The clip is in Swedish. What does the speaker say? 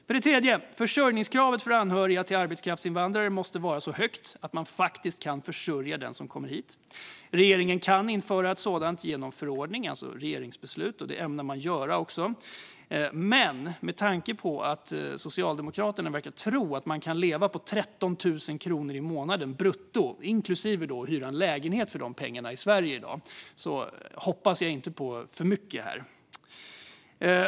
För det tredje måste försörjningskravet för anhöriga till arbetskraftsinvandrare vara så högt att den som kommer hit faktiskt kan försörjas. Regeringen kan införa ett sådant genom förordning, det vill säga regeringsbeslut, och det ämnar man också göra. Men med tanke på att Socialdemokraterna verkar tro att man kan leva på 13 000 kronor i månaden brutto i Sverige i dag - inklusive hyra en lägenhet för de pengarna - hoppas jag inte på för mycket här.